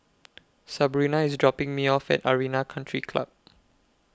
Sabrina IS dropping Me off At Arena Country Club